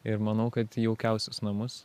ir manau kad jaukiausius namus